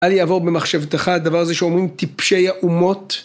אל יעבור במחשבתך הדבר הזה שאומרים טיפשי האומות.